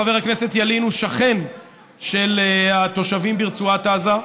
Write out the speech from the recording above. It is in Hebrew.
חבר הכנסת ילין, הוא שכן של התושבים ברצועת עזה.